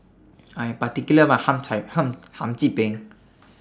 I Am particular about My Hum Chim Hum Hum Chim Peng